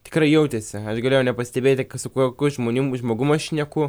tikrai jautėsi aš galėjau nepastebėti kas su kuo ku žmonėm žmogum aš šneku